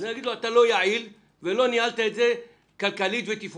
אז אני אגיד לו: אתה לא יעיל ולא ניהלת את זה כלכלית ותפעולית.